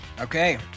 Okay